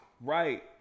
Right